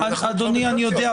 אדוני, אני יודע.